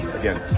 again